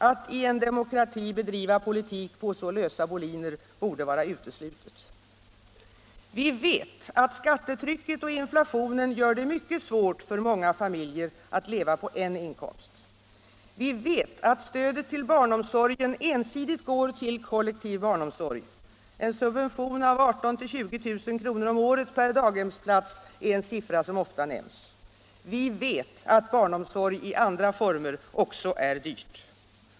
Att i en demokrati bedriva politik på så lösa boliner borde vara uteslutet. Vi vet att skattetrycket och inflationen gör det mycket svårt för många familjer att leva på en inkomst. Vi vet att stödet till barnomsorgen ensidigt går till kollektiv barnomsorg — en subvention av 18 000-20 000 kr. om året per daghemsplats är en siffra som ofta nämns. Vi vet att barnomsorg i andra former också är dyr.